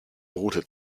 route